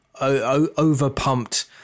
over-pumped